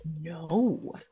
No